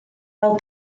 fel